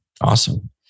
Awesome